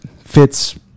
fits